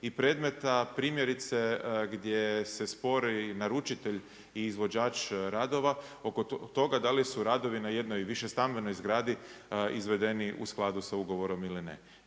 i predmeta primjerice gdje se spore naručitelj i izvođač radova oko toga da li su radovi izvedeni u skladu sa ugovorom ili ne.